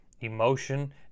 emotion